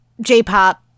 J-pop